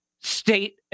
state